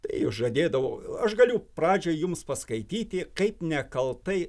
tai žadėdavo aš galiu pradžiai jums paskaityti kaip nekaltai